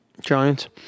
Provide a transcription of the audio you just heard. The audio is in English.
giants